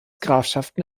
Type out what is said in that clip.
grafschaften